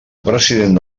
president